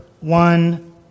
one